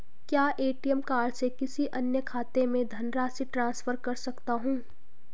क्या ATM card से किसी अन्य खाते में धनराशि ट्रांसफर कर सकता हूँ?